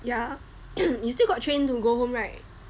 yeah you still got train to go home right